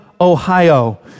Ohio